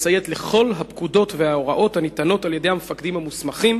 לציית לכל הפקודות וההוראות הניתנות על-ידי המפקדים המוסמכים